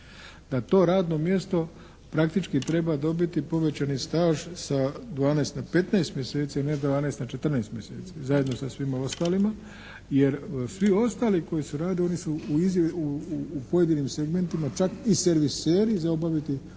da to radno mjesto praktički treba dobiti povećani staž sa 12 na 15 mjeseci a ne sa 12 na 14 mjeseci zajedno sa svima ostalima jer svi ostali koji rade oni su u pojedinim segmentima čak i serviseri za obaviti taj